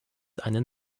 einen